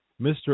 Mr